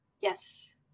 Yes